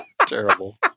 terrible